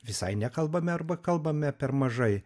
visai nekalbame arba kalbame per mažai